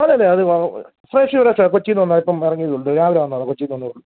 അതെ അതെ അത് ഫ്രഷ് ഫ്രഷാ കൊച്ചീന്ന് വന്നതാ ഇപ്പം ഇറങ്ങിയതേ ഉള്ളു രാവിലെ വന്നതാണ് കൊച്ചീന്ന് വന്നേയുള്ളു